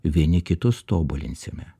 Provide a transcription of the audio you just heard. vieni kitus tobulinsime